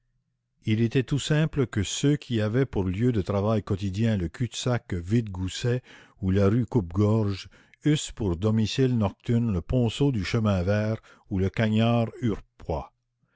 il était tout simple que ceux qui avaient pour lieu de travail quotidien le cul-de-sac vide gousset ou la rue coupe-gorge eussent pour domicile nocturne le ponceau du chemin vert ou le cagnard